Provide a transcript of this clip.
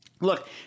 look